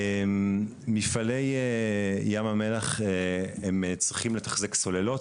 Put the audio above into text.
מפעלי ים המלח הם צריכים לתחזק סוללות